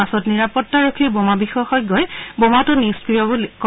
পাছত নিৰাপত্তাৰক্ষীৰ বোমা বিশেষজ্ঞই বোমাটো নিস্ক্ৰিয় কৰে